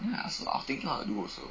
then I also I was thinking what to do also